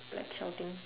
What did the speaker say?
like shouting